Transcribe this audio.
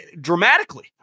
Dramatically